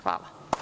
Hvala.